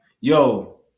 Yo